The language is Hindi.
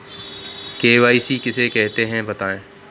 के.वाई.सी किसे कहते हैं बताएँ?